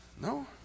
No